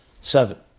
seven